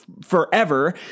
forever